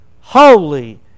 Holy